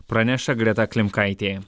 praneša greta klimkaitė